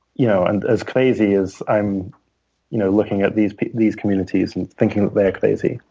you know and as crazy as i'm you know looking at these these communities and thinking they're crazy.